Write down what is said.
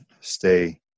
stay